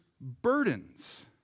burdens